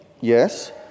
Yes